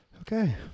Okay